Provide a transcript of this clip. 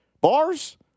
Bars